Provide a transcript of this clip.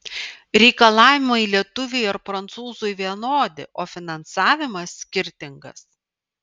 reikalavimai lietuviui ar prancūzui vienodi o finansavimas skirtingas